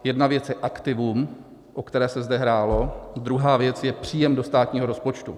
Jedna věc je aktivum, o které se zde hrálo, druhá věc je příjem do státního rozpočtu.